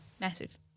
Massive